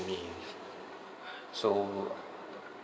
me so